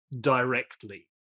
directly